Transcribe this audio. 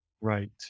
Right